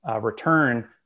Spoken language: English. return